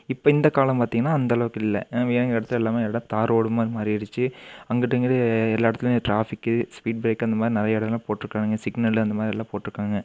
இப்போ இந்த காலம் பார்த்தீங்கன்னா அந்தளவுக்கு இல்லை ஏன் எடுத்தால் எல்லாமே இடம் தார் ரோடு மாதிரி மாறிடுச்சு அங்குட்டு இங்குட்டு எல்லா இடத்துலையும் ட்ராஃபிக்கு ஸ்பீட் ப்ரேக் அந்தமாதிரி நிறைய இடங்கள்ல போட்ருக்காங்க சிக்னலு அந்த மாதிரிலாம் போட்டிருக்காங்க